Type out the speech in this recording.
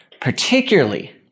Particularly